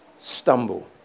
stumble